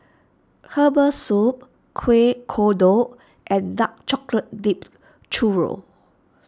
Herbal Soup Kuih Kodok and Dark Chocolate Dipped Churro